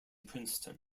princeton